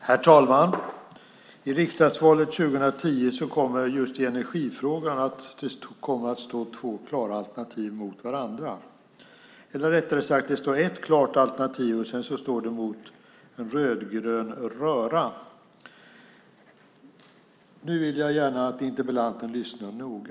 Herr talman! I riksdagsvalet 2010 kommer i just energifrågan två klara alternativ att stå mot varandra, eller rättare sagt ett klart alternativ mot en rödgrön röra. Nu vill jag gärna att interpellanten lyssnar noga.